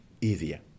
easier